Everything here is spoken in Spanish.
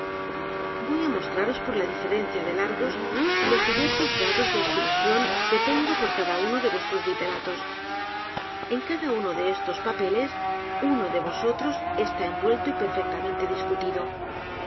voy á mostraros por la diferencia de largos los diversos grados de estimación que tengo p o r cada uno de vuestros l i t e r a t o s en cada uno de estos papeles uno de vosotros está envuelto y perfectamente discutido